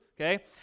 okay